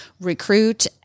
recruit